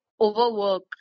overwork